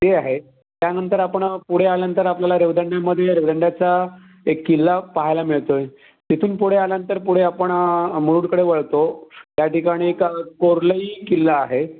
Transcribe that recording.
ते आहे त्यानंतर आपण पुढे आल्यानंतर आपल्याला रेवदंड्यामध्ये रेवदंड्याचा एक किल्ला पाहायला मिळतो आहे तिथून पुढे आल्यानंतर पुढे आपण अमरूडकडे वळतो त्या ठिकाणी एक कोर्लई किल्ला आहे